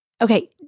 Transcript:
okay